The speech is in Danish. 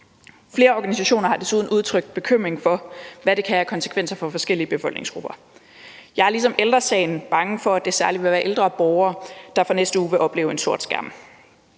Flere organisationer har desuden udtrykt bekymring for, hvad det kan have af konsekvenser for forskellige befolkningsgrupper. Jeg er ligesom Ældre Sagen bange for, at det særlig vil være ældre borgere, der fra næste uge vil opleve en sort skærm.